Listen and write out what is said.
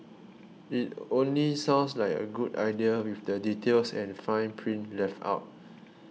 it only sounds like a good deal with the details and fine print left out